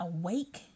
awake